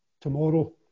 tomorrow